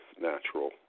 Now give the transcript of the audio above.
natural